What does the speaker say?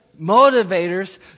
motivators